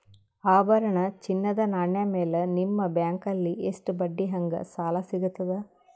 ಆಭರಣ, ಚಿನ್ನದ ನಾಣ್ಯ ಮೇಲ್ ನಿಮ್ಮ ಬ್ಯಾಂಕಲ್ಲಿ ಎಷ್ಟ ಬಡ್ಡಿ ಹಂಗ ಸಾಲ ಸಿಗತದ?